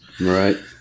Right